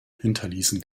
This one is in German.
hinterließen